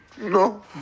No